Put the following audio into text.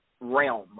realm